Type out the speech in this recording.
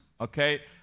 Okay